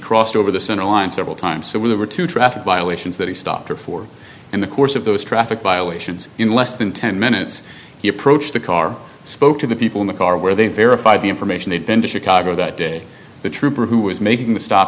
crossed over the center line several times so we were to traffic violations that he stopped her for in the course of those traffic violations in less than ten minutes he approached the car spoke to the people in the car where they verified the information they'd been to chicago that day the trooper who was making the stop